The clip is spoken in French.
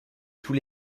tous